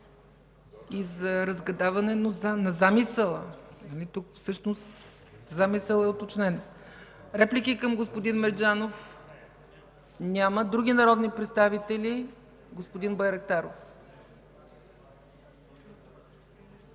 И за разгадаване на замисъла. Нали тук всъщност замисълът е уточнен? Реплики към господин Мерджанов? Няма. Други народни представители? Господин Байрактаров.